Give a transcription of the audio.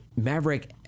Maverick